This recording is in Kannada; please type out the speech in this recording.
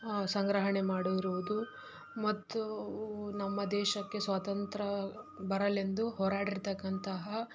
ಸಂಗ್ರಹಣೆ ಮಾಡಿರುವುದು ಮತ್ತು ನಮ್ಮ ದೇಶಕ್ಕೆ ಸ್ವಾತಂತ್ರ್ಯ ಬರಲೆಂದು ಹೋರಾಡಿರತಕ್ಕಂತಹ